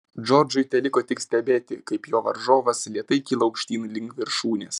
džordžui teliko tik stebėti kaip jo varžovas lėtai kyla aukštyn link viršūnės